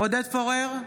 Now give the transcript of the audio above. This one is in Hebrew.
עודד פורר,